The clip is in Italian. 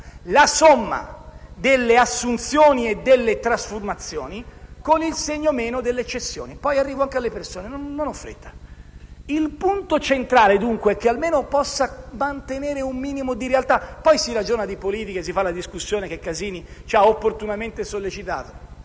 - delle assunzioni e delle trasformazioni, con il segno meno delle cessioni (poi arrivo anche alle persone, non ho fretta). Il punto centrale, dunque, è che almeno si possa mantenere un minimo di realtà; poi si ragiona di politica e si fa la discussione che il senatore Casini ci ha opportunamente sollecitato.